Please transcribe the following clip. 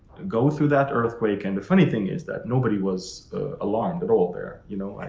go through that earthquake. and the funny thing is that nobody was alarmed at all there. you know,